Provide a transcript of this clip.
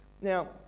Now